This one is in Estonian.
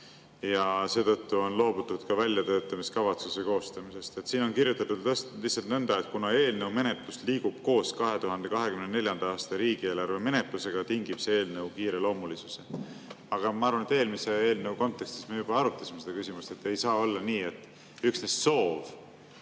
ja seetõttu on loobutud väljatöötamiskavatsuse koostamisest? Siin on kirjutatud lihtsalt nõnda, et kuna eelnõu menetlus liigub koos 2024. aasta riigieelarve menetlusega, tingib see eelnõu kiireloomulisuse. Aga ma arvan, et eelmise eelnõu kontekstis me juba arutasime seda küsimust, et ei saa olla nii, et üksnes soov